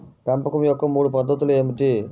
పెంపకం యొక్క మూడు పద్ధతులు ఏమిటీ?